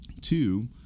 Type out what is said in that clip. two